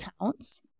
counts